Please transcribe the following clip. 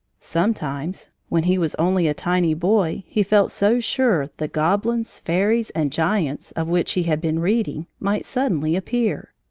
sometimes, when he was only a tiny boy, he felt so sure the goblins, fairies, and giants of which he had been reading might suddenly appear,